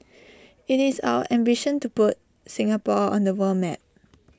IT is our ambition to put Singapore on the world map